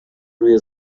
روی